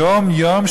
יום-יום,